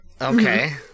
Okay